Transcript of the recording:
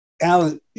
Alan